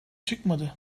çıkmadı